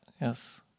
Yes